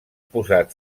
posat